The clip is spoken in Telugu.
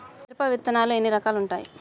మిరప విత్తనాలు ఎన్ని రకాలు ఉంటాయి?